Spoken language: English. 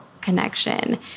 connection